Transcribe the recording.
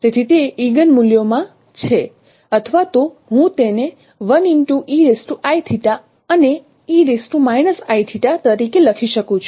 તેથી તે ઇગન્ મૂલ્યો માં છે અથવા તો હું તેને અને તરીકે લખી શકું છું